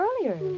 earlier